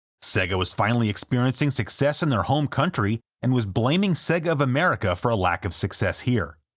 sega was finally experiencing success in their home country and was blaming sega of america for a lack of success here.